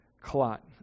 clot